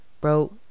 bro